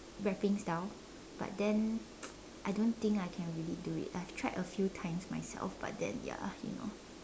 rapping style but then I don't think I can really do it I have tried a few times myself but then ya you know